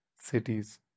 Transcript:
cities